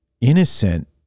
innocent